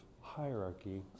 hierarchy